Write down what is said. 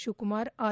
Shivakumar R